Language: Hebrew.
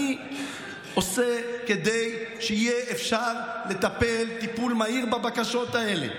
אני עושה כדי שיהיה אפשר לטפל טיפול מהיר בבקשות האלה.